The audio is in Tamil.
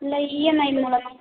இல்லை ஈஎம்ஐ மூலமாக